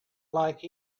like